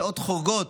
בשעות חורגות